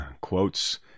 quotes